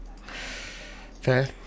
Fair